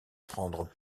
prendre